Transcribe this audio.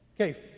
okay